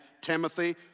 Timothy